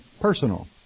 personal